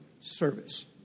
service